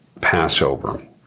Passover